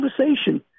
conversation